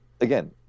again